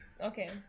Okay